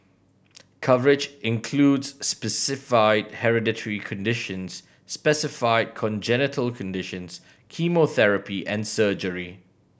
coverage includes specified hereditary conditions specified congenital conditions chemotherapy and surgery